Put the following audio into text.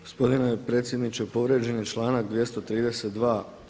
Gospodine predsjedniče povrijeđen je članak 232.